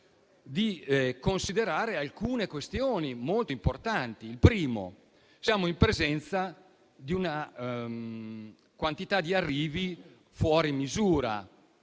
di considerare alcune questioni molto importanti. La prima è che siamo in presenza di una quantità di arrivi fuori misura,